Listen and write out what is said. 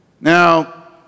Now